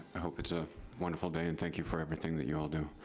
i hope it's a wonderful day, and thank you for everything that you all do.